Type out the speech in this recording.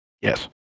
Yes